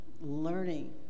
learning